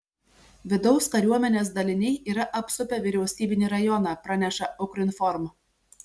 vidaus kariuomenės daliniai yra apsupę vyriausybinį rajoną praneša ukrinform